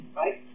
right